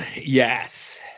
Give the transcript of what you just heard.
Yes